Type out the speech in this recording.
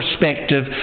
perspective